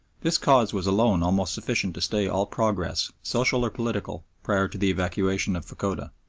this cause was alone almost sufficient to stay all progress, social or political, prior to the evacuation of fachoda.